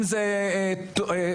אם זה מחקרים.